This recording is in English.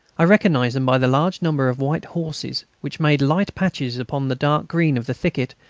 i recognised them by the large numbers of white horses, which made light patches upon the dark green of the thicket,